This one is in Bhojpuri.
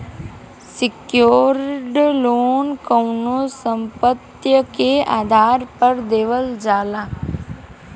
सेक्योर्ड लोन कउनो संपत्ति के आधार पर देवल जाला